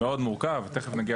מאוד מורכב, תכף אני אדבר